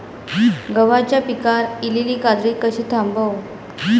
गव्हाच्या पिकार इलीली काजळी कशी थांबव?